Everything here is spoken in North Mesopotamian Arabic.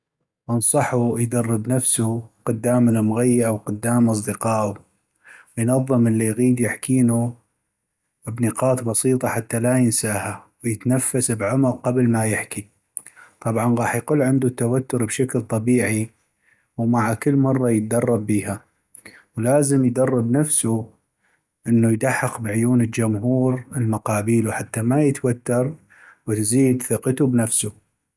انصحو يدرب نفسو قدام المغي أو قدام اصدقائو و ينظم اللي يغيد يحكينو بنقاط بسيطة حتى لا ينساها ويتنفس بعمق قبل ما يحكي طبعا غاح يقل عندو التوتر بشكل طبيعي ومع كل مرة يدرب بيها ، ولازم يدرب نفسو انو يدحق بعيون الجمهور المقابيلو حتى ما يتوتر وتزيد ثقتو بنفسو.